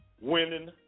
winning